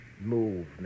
Move